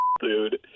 dude